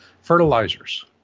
fertilizers